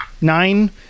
Nine